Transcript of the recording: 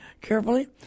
carefully